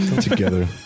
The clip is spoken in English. Together